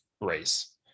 race